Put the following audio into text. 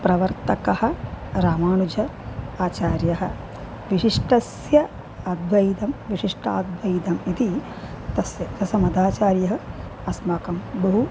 प्रवर्तकः रामानुज आचार्यः विशिष्टस्य अद्वैतं विशिष्टाद्वैतम् इति तस्य तसमताचार्यः अस्माकं बहु